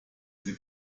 sie